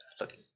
Look